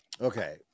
Okay